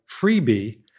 freebie